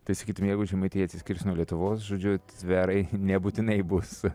tai sakytume jeigu žemaitija atsiskirs nuo lietuvos žodžiu tverai nebūtinai bus